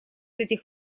этих